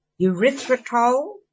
erythritol